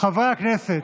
חברי הכנסת,